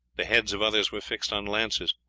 the heads of others were fixed on lances,